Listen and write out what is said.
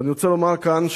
ואני רוצה לומר כאן: